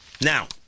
Now